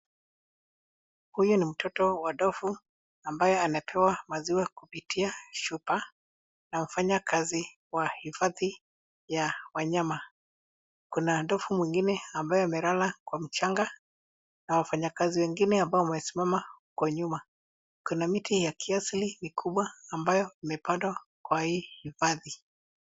Huyu ni mtoto wa ndovu ambaye anapewa maziwa kupitia chupa na wafanyikazi wa hifadhi ya wanyama. Kuna ndovu mwingine ambaye amelala- kwa mchanga na wafanyakazi wengine ambao wamesimama kwa nyuma. Kuna miti ya kiasili kikubwa ambayo imepandwa kwa hii makazi.